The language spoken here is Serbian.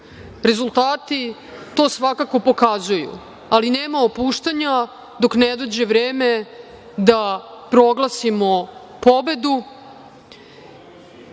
Rezultati to svakako pokazuju, ali nema opuštanja dok ne dođe vreme da proglasimo pobedu.